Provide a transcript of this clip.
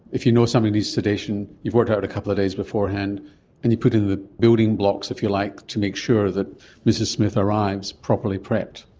if you know somebody needs sedation, you've worked it out a couple of days beforehand and you put in the building blocks, if you like, to make sure that mrs smith arrives properly prepped.